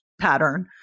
pattern